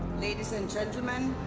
ladies and gentlemen,